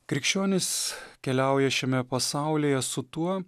krikščionys keliauja šiame pasaulyje su tuo